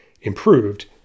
improved